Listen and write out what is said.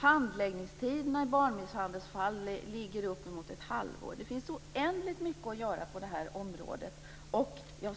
Handläggningstiderna i barnmisshandelsfall är uppemot ett halvår. Det finns alltså oändligt mycket att göra på detta område, och jag